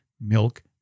milk